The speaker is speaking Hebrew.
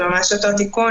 זה ממש אותו תיקון.